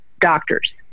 doctors